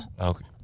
Okay